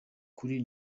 kuri